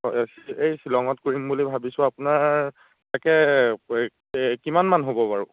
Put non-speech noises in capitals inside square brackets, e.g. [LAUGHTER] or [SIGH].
অঁ এই শ্বিলঙত কৰিম বুলি ভাবিছোঁ আপোনাৰ তাকে [UNINTELLIGIBLE] এই কিমানমান হ'ব বাৰু